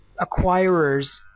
acquirers